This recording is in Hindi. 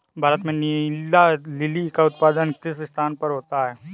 भारत में नीला लिली का उत्पादन किस स्थान पर होता है?